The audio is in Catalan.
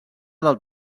del